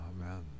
Amen